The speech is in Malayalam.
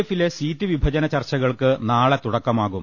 എഫിലെ സീറ്റ് വിഭജന ചർച്ചകൾക്ക് നാളെ തുടക്കമാകും